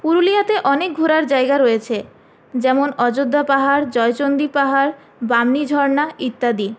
পুরুলিয়াতে অনেক ঘোরার জায়গা রয়েছে যেমন অযোধ্যা পাহাড় জয়চণ্ডী পাহাড় বামনী ঝর্ণা ইত্যাদি